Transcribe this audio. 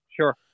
Sure